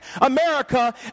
America